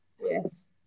Yes